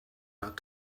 not